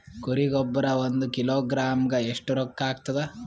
ಕುರಿ ಗೊಬ್ಬರ ಒಂದು ಕಿಲೋಗ್ರಾಂ ಗ ಎಷ್ಟ ರೂಕ್ಕಾಗ್ತದ?